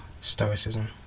Stoicism